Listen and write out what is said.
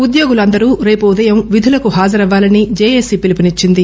ఉద్యోగులు అందరూ రేపు ఉదయం విధులకు హజరవ్యాలని జేఏసీ పిలుపునిచ్చింది